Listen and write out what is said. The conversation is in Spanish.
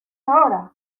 ahora